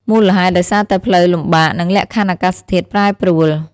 មូលហេតុដោយសារតែផ្លូវលំបាក និងលក្ខខណ្ឌអាកាសធាតុប្រែប្រួល។